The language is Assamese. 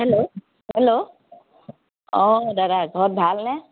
হেল্ল' হেল্ল' অঁ দাদা ঘৰত ভালনে